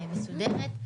מסודרת.